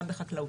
גם בחקלאות.